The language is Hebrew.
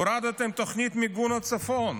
הורדתם את תוכנית מיגון הצפון.